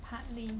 partly